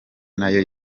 nayo